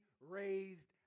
raised